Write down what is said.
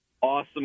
awesome